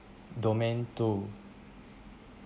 domain two